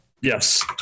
Yes